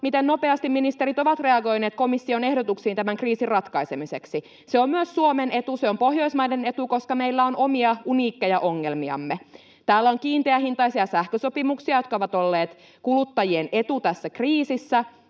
miten nopeasti ministerit ovat reagoineet komission ehdotuksiin tämän kriisin ratkaisemiseksi. Se on myös Suomen etu, ja se on Pohjoismaiden etu, koska meillä on omia, uniikkeja ongelmiamme. Täällä on kiinteähintaisia sähkösopimuksia, jotka ovat olleet kuluttajien etu tässä kriisissä.